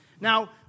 Now